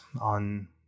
on